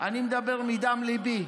אני מדבר מדם ליבי.